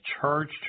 charged